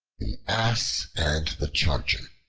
the ass and the charger